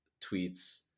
Tweets